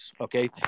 okay